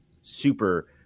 super